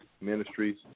Ministries